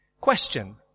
Question